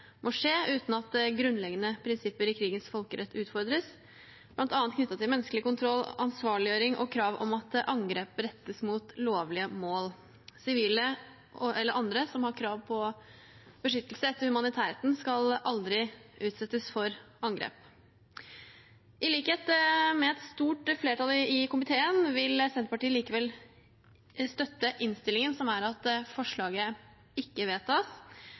må skje uten at grunnleggende prinsipper i krigens folkerett utfordres, bl.a. knyttet til menneskelig kontroll, ansvarliggjøring og krav om at angrep rettes mot lovlige mål. Sivile eller andre som har krav på beskyttelse etter humanitærretten, skal aldri utsettes for angrep. I likhet med et stort flertall i komiteen vil Senterpartiet likevel støtte innstillingen, som er at forslaget ikke vedtas.